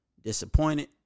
disappointed